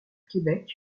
québec